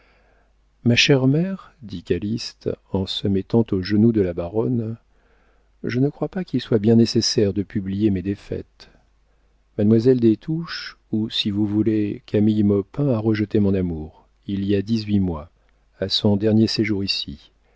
ma chère mère dit calyste en se mettant aux genoux de la baronne je ne crois pas qu'il soit bien nécessaire de publier mes défaites mademoiselle des touches ou si vous voulez camille maupin a rejeté mon amour il y a dix-huit mois à son dernier séjour ici